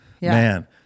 Man